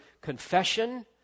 confession